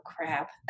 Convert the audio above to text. crap